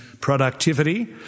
productivity